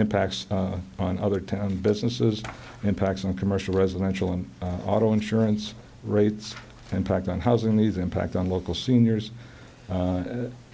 impacts on other town businesses impacts on commercial residential and auto insurance rates and packed on housing these impact on local seniors